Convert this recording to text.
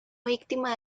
víctima